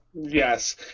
Yes